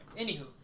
anywho